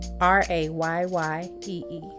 r-a-y-y-e-e